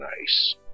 nice